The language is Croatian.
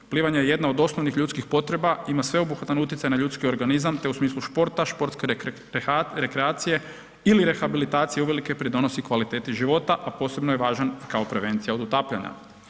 Plivanje je jedno od osnovnih ljudskih potreba, ima sveobuhvatan utjecaj na ljudski organizam te smislu športa, športske rekreacije ili rehabilitacije uvelike pridonosi kvaliteti života, a posebno je važan kao prevencija od utapanja.